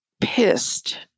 pissed